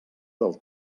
del